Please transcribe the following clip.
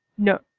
No